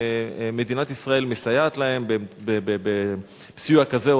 ומדינת ישראל מסייעת להם בסיוע כזה או